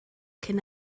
cyn